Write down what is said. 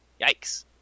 Yikes